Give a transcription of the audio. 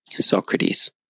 Socrates